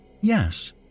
Yes